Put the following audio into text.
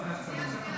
למרות שאני חושב